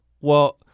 well-